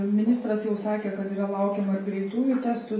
ministras jau sakė kad yra laukiama ir greitųjų testų